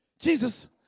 Jesus